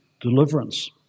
deliverance